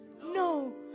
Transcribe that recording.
No